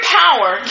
power